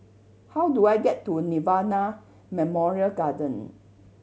how do I get to Nirvana Memorial Garden